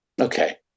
Okay